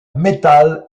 metal